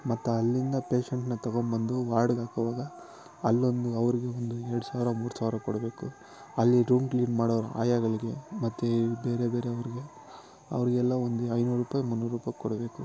ಮತ್ತು ಅಲ್ಲಿಂದ ಪೇಷಂಟನ್ನ ತಗೊಬಂದು ವಾರ್ಡಿಗೆ ಹಾಕುವಾಗ ಅಲ್ಲೊಂದು ಅವ್ರಿಗೆ ಒಂದು ಎರಡು ಸಾವಿರ ಮೂರು ಸಾವಿರ ಕೊಡಬೇಕು ಅಲ್ಲಿ ರೂಮ್ ಕ್ಲೀನ್ ಮಾಡೋರು ಆಯಾಗಳಿಗೆ ಮತ್ತು ಈ ಬೇರೆ ಬೇರೆ ಅವ್ರಿಗೆ ಅವ್ರಿಗೆಲ್ಲ ಒಂದು ಐನೂರು ರುಪಾಯಿ ಮುನ್ನೂರು ರುಪಾಯಿ ಕೊಡಬೇಕು